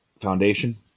Foundation